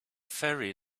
ferry